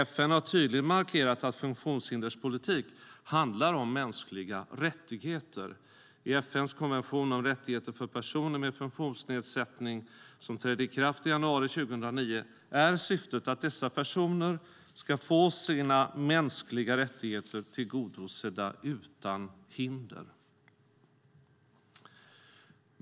FN har tydligt markerat att funktionshinderspolitik handlar om mänskliga rättigheter. FN:s konvention om rättigheter för personer med funktionsnedsättning, som trädde i kraft i januari 2009, slår fast att dessa personer ska få sina mänskliga rättigheter tillgodosedda utan hinder.